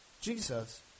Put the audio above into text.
Jesus